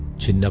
to